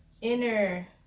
inner